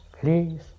please